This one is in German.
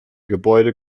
gebäude